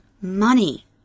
money